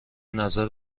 نظر